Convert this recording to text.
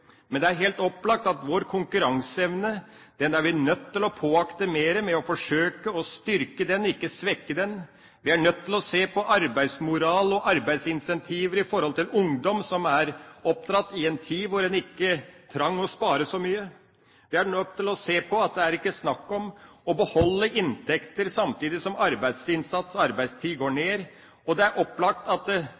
men det er helt opplagt at vår konkurranseevne er vi nødt til å påakte mer ved å forsøke å styrke den, ikke svekke den. Vi er nødt til å se på arbeidsmoral og arbeidsincentiver i forhold til ungdom, som er oppdratt i en tid hvor man ikke trengte å spare så mye. Vi er nødt til å se på det forhold at det ikke er snakk om å beholde inntekter samtidig som arbeidsinnsats og arbeidstid går ned. Det er opplagt at